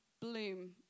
bloom